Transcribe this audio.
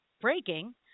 breaking